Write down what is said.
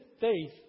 faith